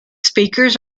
speakers